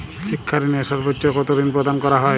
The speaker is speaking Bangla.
শিক্ষা ঋণে সর্বোচ্চ কতো ঋণ প্রদান করা হয়?